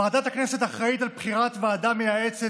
ועדת הכנסת אחראית לבחירת ועדה מייעצת